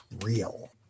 real